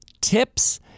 tips